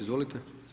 Izvolite.